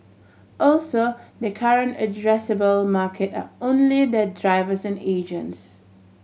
also their current addressable market are only their drivers and agents